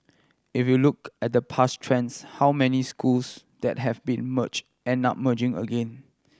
if you look at the past trends how many schools that have been merge end up merging again